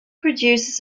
produces